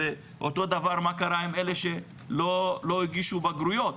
ואותו הדבר מה קרה עם אלה שלא הגישו בגרויות?